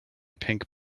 pink